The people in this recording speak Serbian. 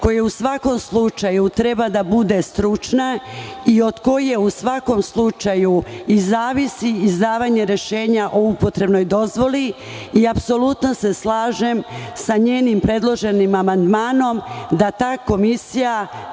koji u svakom slučaju treba da bude stručna i od koje u svakom slučaju i zavisi izdavanje rešenja o upotrebnoj dozvoli i apsolutno se slažem sa njenim predloženim amandmanom da ta komisija